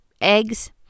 eggs